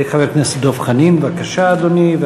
חבר הכנסת דב חנין, בבקשה, אדוני.